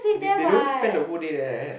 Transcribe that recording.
they they don't spend the whole day there